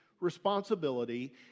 responsibility